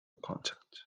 content